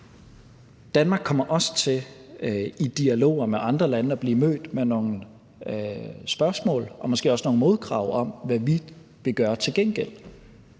Danmark kommer også til i dialoger med andre lande at blive mødt med nogle spørgsmål om, hvad vi vil gøre til gengæld,